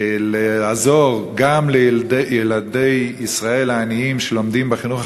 לעזור גם לילדי ישראל העניים שלומדים בחינוך